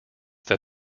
that